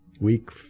Week